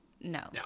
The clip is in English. No